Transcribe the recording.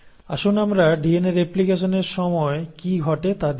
আসুন আমরা ডিএনএ রেপ্লিকেশনের সময় কি ঘটে তা দেখি